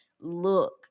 Look